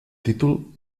títol